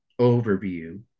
overview